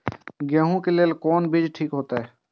गेहूं के लेल कोन बीज ठीक होते?